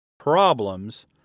Problems